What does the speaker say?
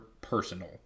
personal